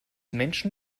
menschen